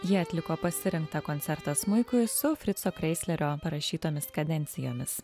jie atliko pasirinktą koncertą smuikui su frico kreislerio parašytomis kadencijomis